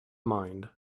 mind